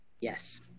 Yes